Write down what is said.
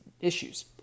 issues